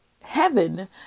heaven